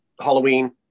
Halloween